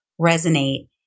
resonate